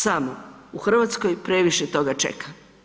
Samo u Hrvatskoj previše toga čeka.